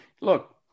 look